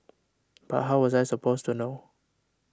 but how was I supposed to know